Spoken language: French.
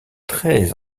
très